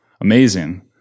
amazing